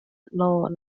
law